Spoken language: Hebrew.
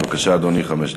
בבקשה, אדוני, חמש דקות.